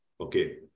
Okay